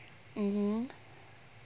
mmhmm